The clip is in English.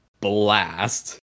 blast